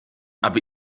aber